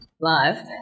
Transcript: live